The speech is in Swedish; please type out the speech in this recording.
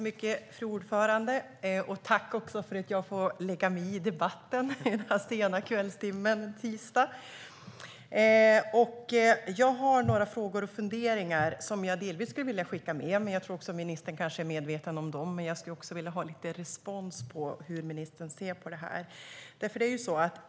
Fru talman! Jag tackar för att jag får lägga mig i debatten denna sena kvällstimme en tisdag. Jag har några frågor och funderingar jag skulle vilja skicka med ministern. Jag tror att ministern kanske är medveten om dem, men jag skulle även vilja ha lite respons om hur ministern ser på detta.